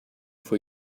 for